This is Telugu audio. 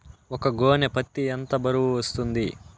ఒక గోనె పత్తి ఎంత బరువు వస్తుంది?